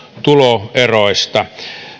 tuloeroista